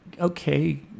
okay